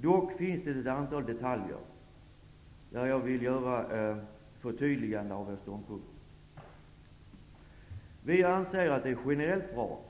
Dock finns det ett antal detaljer där jag vill göra förtydliganden av vår ståndpunkt. Vi anser att det generellt är bra